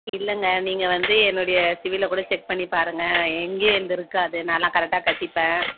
இல்லைங்க நீங்கள் வந்து என்னுடைய சிபிலை கூட செக் பண்ணி பாருங்கள் எங்கேயும் எனது இருக்காது நான்லாம் கரெக்டா கட்டிப்பேன்